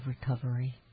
recovery